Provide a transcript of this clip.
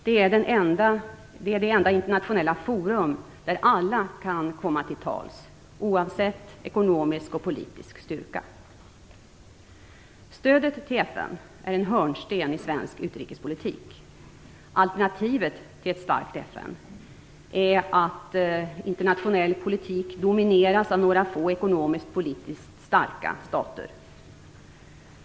Det är det enda internationella forum där alla kan komma till tals, oavsett ekonomisk och politisk styrka. Stödet till FN är en hörnsten i svensk utrikespolitik. Alternativet till ett starkt FN är att internationell politik domineras av några få ekonomiskt och politiskt starka stater.